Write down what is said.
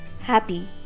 happy